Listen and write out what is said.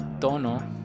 tono